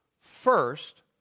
First